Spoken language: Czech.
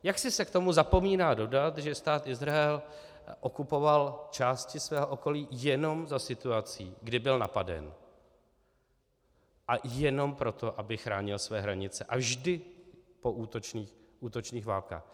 Jaksi se k tomu zapomíná dodat, že Stát Izrael okupoval části svého okolí jenom za situací, kdy byl napaden, a jenom proto, aby chránil svoje hranice, a vždy po útočných válkách.